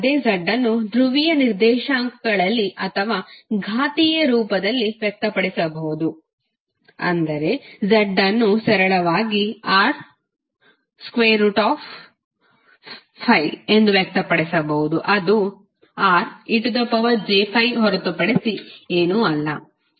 ಅದೇ z ಅನ್ನು ಧ್ರುವೀಯ ನಿರ್ದೇಶಾಂಕಗಳಲ್ಲಿ ಅಥವಾ ಘಾತೀಯ ರೂಪದಲ್ಲಿ ವ್ಯಕ್ತಪಡಿಸಬಹುದು ಅಂದರೆ z ಅನ್ನು ಸರಳವಾಗಿ r∠∅ ಎಂದು ವ್ಯಕ್ತಪಡಿಸಬಹುದು ಅದು rej∅ ಹೊರತುಪಡಿಸಿ ಏನೂ ಅಲ್ಲ